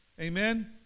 Amen